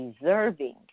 deserving